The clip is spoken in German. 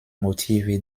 motive